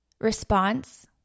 response